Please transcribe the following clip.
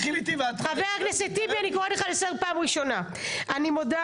חבר הכנסת טיבי, אני קוראת